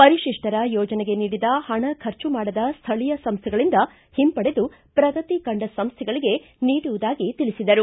ಪರಿಶಿಷ್ಷರ ಯೋಜನೆಗೆ ನೀಡಿದ ಪಣ ಖರ್ಚು ಮಾಡದ ಸ್ವಳೀಯ ಸಂಸ್ವೆಗಳಿಂದ ಹಿಂಪಡೆದು ಪ್ರಗತಿ ಕಂಡ ಸಂಸ್ವೆಗಳಿಗೆ ನೀಡುವುದಾಗಿ ತಿಳಿಸಿದರು